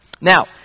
Now